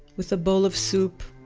with a bowl of soup,